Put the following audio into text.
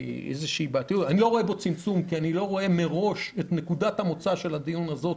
אני לא רואה צמצום כי אני לא רואה מראש את נקודת המוצא של הדיון הזה,